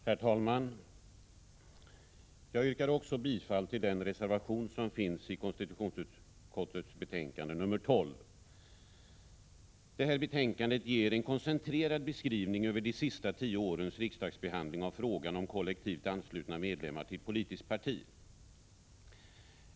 Herr talman! Jag yrkar bifall till den reservation som är fogad till konstitutionsutskottets betänkande 12. Betänkandet ger en koncentrerad beskrivning över de senaste tio årens riksdagsbehandling av frågan om kollektivt anslutna medlemmar till politiskt parti.